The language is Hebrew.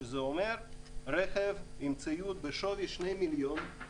שזה אומר רכב עם ציוד בשווי שני מיליון,